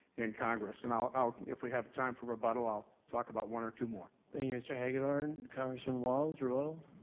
in congress. and i'll, if we have time for rebuttal i'll talk about one or two more. thank you mr. hagedorn. congressman walz, rebuttal?